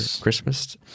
Christmas